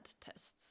tests